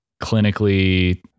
clinically